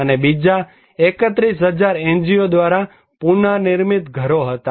અને બીજા 31000 NGO દ્વારા પુનનિર્મિત ઘરો હતા